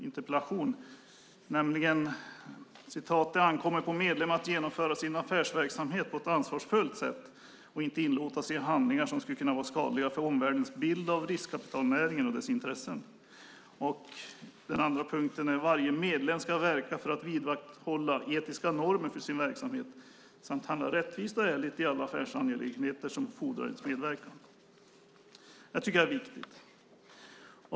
Av en riktlinje framkommer det att det ankommer på medlem att genomföra sin affärsverksamhet på ett ansvarsfullt sätt och inte inlåta sig i handlingar som skulle vara skadliga för omvärldens bild av riskkapitalnäringen och dess intressen. Av en annan riktlinje framkommer att varje medlem ska verka för och vidmakthålla etiska normer för sin verksamhet samt handla rättvist och ärligt i alla affärsangelägenheter som fordrar ens medverkan. Det här är viktigt.